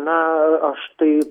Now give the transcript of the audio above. na aš tai